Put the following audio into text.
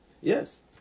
Yes